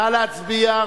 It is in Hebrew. נא להצביע,